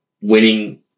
winning